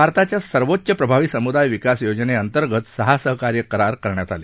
भारताच्या सर्वोच्च प्रभावी समुदाय विकास योजनेअंतर्गत सहा सहकार्य करार करण्यात आले